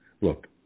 Look